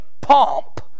pomp